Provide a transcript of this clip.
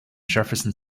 jefferson